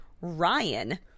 Ryan